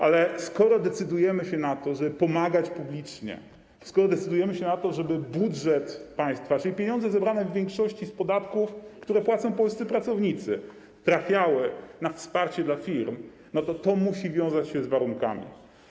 Ale skoro decydujemy się na to, żeby pomagać publicznie, skoro decydujemy się na to, żeby pieniądze z budżetu państwa, czyli pieniądze zebrane w większości z podatków, które płacą polscy pracownicy, trafiały na wsparcie dla firm, musi to wiązać się z warunkami.